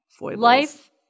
life